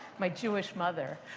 my jewish mother.